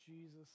Jesus